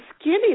skinny